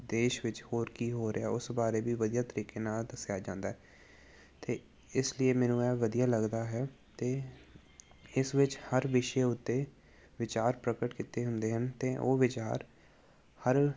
ਦੇਸ਼ ਵਿੱਚ ਹੋਰ ਕੀ ਹੋ ਰਿਹਾ ਉਸ ਬਾਰੇ ਵੀ ਵਧੀਆ ਤਰੀਕੇ ਨਾਲ ਦੱਸਿਆ ਜਾਂਦਾ ਅਤੇ ਇਸ ਲਈ ਮੈਨੂੰ ਇਹ ਵਧੀਆ ਲੱਗਦਾ ਹੈ ਅਤੇ ਇਸ ਵਿੱਚ ਹਰ ਵਿਸ਼ੇ ਉੱਤੇ ਵਿਚਾਰ ਪ੍ਰਗਟ ਕੀਤੇ ਹੁੰਦੇ ਹਨ ਅਤੇ ਉਹ ਵਿਚਾਰ ਹਰ